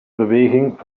beweging